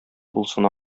булсын